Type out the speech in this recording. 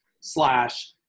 slash